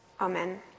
Amen